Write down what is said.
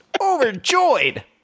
overjoyed